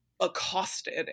accosted